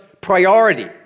priority